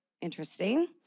Interesting